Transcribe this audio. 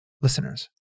Listeners